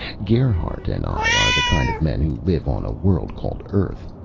gerhardt and i are the kind of men who live on a world called earth,